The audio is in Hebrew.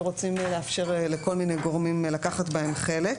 שרוצים לאפשר לכל מיני גורמים לקחת בהם חלק.